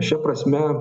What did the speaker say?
šia prasme